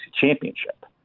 championship